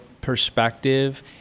perspective